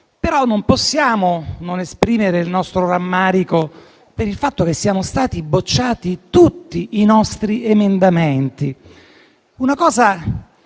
Però non possiamo non esprimere il nostro rammarico per il fatto che siano stati respinti tutti i nostri emendamenti: un